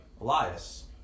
Elias